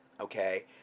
okay